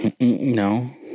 No